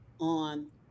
on